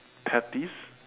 patties